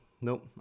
nope